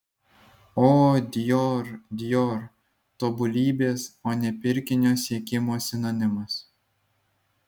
o dior dior tobulybės o ne pirkinio siekimo sinonimas